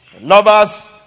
Lovers